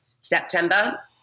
September